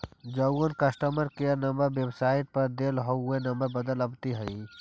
जउन customer care number website पर देल हई ऊ नंबर बंद आबित हई